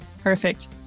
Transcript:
Perfect